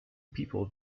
people